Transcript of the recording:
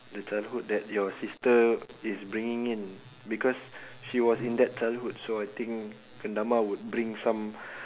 the childhood that your sister is bringing in because she was in that childhood so I think kendama would bring some